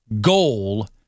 goal